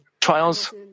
trials